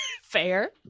fair